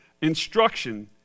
instruction